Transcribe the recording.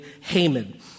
Haman